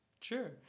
Sure